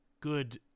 good